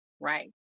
right